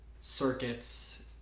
circuits